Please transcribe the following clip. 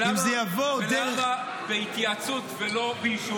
למה בהתייעצות ולא באישור או בהסכמה?